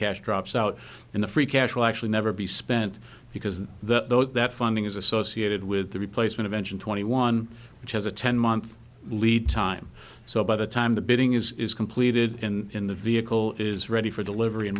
cash drops out in the free cash will actually never be spent because the that funding is associated with the replacement of engine twenty one which has a ten month lead time so by the time the bidding is is completed in the vehicle is ready for delivery in